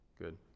good